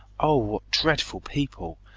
oh, what dreadful people!